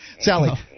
Sally